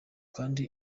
kandi